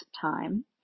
time